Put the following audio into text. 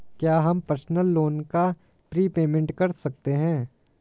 क्या हम personal loan का प्रीपेमेंट कर सकते हैं?